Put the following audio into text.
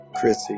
Chrissy